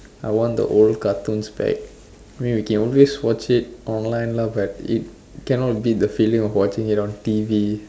I want the old cartoons back I mean you can always watch it online lah but it cannot be the feeling of watching it on T_V